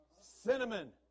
cinnamon